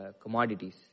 commodities